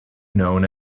known